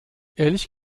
ehrlich